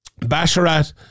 Basharat